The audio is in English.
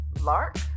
Lark